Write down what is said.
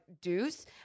Deuce